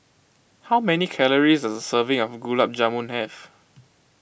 how many calories does a serving of Gulab Jamun have